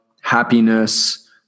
happiness